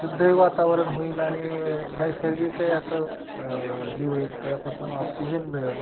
शुद्धही वातावरण होईल आणि नैसर्गिक आहे असं ही होईल त्यापासून ऑक्सिजन मिळेल